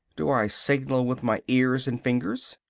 do i signal with my ears and fingers?